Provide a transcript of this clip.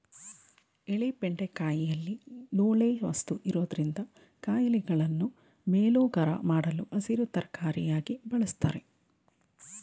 ಎಳೆ ಬೆಂಡೆಕಾಯಿಲಿ ಲೋಳೆ ವಸ್ತು ಇರೊದ್ರಿಂದ ಕಾಯಿಗಳನ್ನು ಮೇಲೋಗರ ಮಾಡಲು ಹಸಿರು ತರಕಾರಿಯಾಗಿ ಬಳುಸ್ತಾರೆ